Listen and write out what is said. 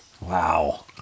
Wow